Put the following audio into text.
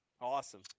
awesome